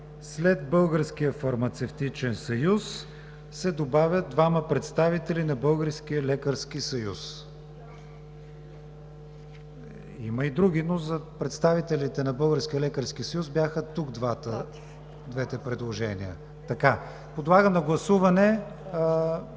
след: „Българския фармацевтичен съюз“ се добавя „двама представители на Българския лекарски съюз“. (Реплики.) Има и други, но за представителите на Българския лекарски съюз бяха тук двете предложения. Подлагам на гласуване